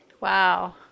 Wow